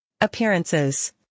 appearances